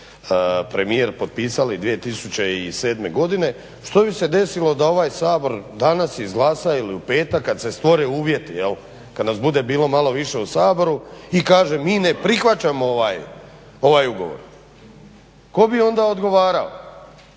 premijer potpisali 2007. godine što bi se desilo da ovaj Sabor danas izglasa ili u petak kad se stvore uvjeti jel', kad nas bude bilo malo više u Saboru, i kaže mi ne prihvaćamo ovaj ugovor. Tko bi onda odgovarao?